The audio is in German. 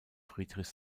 friedrich